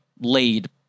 laid